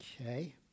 Okay